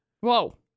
Whoa